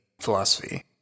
philosophy